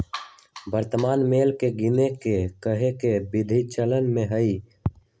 वर्तमान मोल के गीने के कएगो विधि चलन में हइ